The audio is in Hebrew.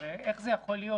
כי הרי איך זה יכול להיות?